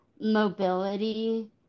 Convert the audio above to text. mobility